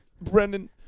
Brendan